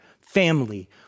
family